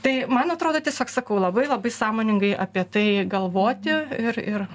tai man atrodo tiesiog sakau labai labai sąmoningai apie tai galvoti ir ir